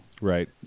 Right